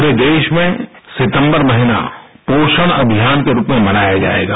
पूरे देश में सितंबर महीना पोषण अभियान के रूप में मनाया जायेगा